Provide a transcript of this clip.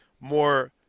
more –